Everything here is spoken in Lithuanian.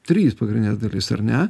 trys pagrindines dalis ar ne